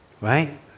right